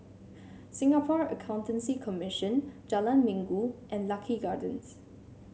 Singapore Accountancy Commission Jalan Minggu and Lucky Gardens